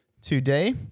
today